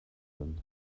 sind